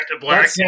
Black